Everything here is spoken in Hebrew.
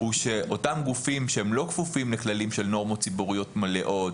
הוא שאותם גופים שלא כפופים לכללים של נורמות ציבוריות מלאות,